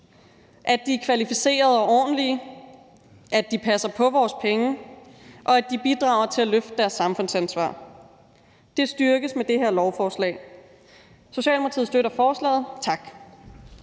At de er kvalificerede og ordentlige, at de passer på vores penge, og at de bidrager til at løfte deres samfundsansvar, styrkes med det her lovforslag. Socialdemokratiet støtter forslaget. Tak.